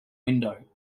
window